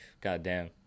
goddamn